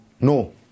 No